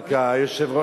רק היושב-ראש,